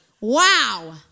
Wow